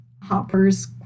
Hopper's